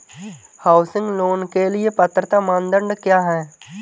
Housing loan के लिए पात्रता मानदंड क्या हैं?